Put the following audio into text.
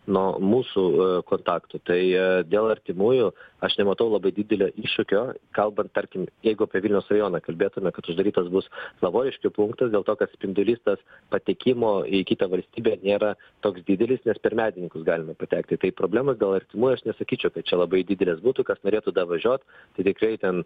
nuo mūsų kontaktų tai dėl artimųjų aš nematau labai didelio iššūkio kalbant tarkim jeigu apie vilniaus rajoną kalbėtume kad uždarytas bus lavoriškių punktas dėl to kad spindulys tas patekimo į kitą valstybę nėra toks didelis nes per medininkus galima patekti kai problemos dėl artimųjųaš nesakyčiau kad čia labai didelės būtų kas norėtų davažiuot tai tikrai ten